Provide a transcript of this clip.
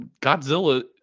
Godzilla